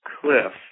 cliff